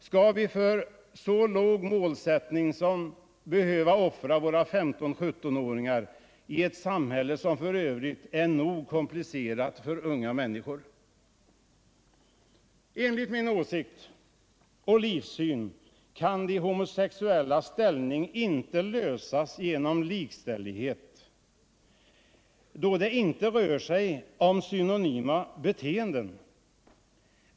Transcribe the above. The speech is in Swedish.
Skall vi för en så låg målsättning behöva offra våra 15-17-åringar, i ett samhälle som f. ö. är nog komplicerat för unga människor? Enligt min åsikt och livssyn kan frågan om de homosexuellas ställning inte lösas genom likställighet, då det inte rör sig om synonyma beteenden.